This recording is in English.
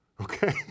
Okay